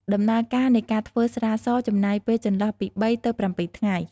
ដំណើរការនៃការធ្វើស្រាសចំណាយពេលចន្លោះពី៣ទៅ៧ថ្ងៃ។